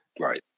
Right